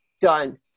done